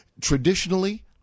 Traditionally